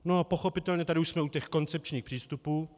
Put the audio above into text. No a pochopitelně tady už jsme u těch koncepčních přístupů.